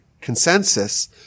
consensus